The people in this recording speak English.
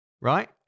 right